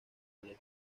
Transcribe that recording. aleta